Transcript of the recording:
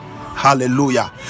hallelujah